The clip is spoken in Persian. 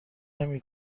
نمی